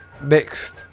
mixed